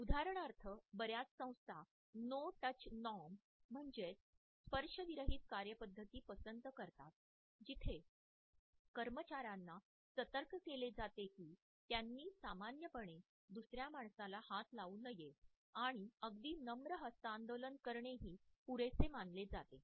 उदाहरणार्थ बर्याच संस्था 'नो टच नॉर्म' म्हणजेच स्पर्शविरहीत कार्यपद्धती पसंत करतात जिथे कर्मचार्यांना सतर्क केले जाते की त्यांनी सामान्यपणे दुसर्या माणसाला हात लावू नये आणि अगदी नम्र हस्तांदोलन करणेही पुरेसे मानले जाते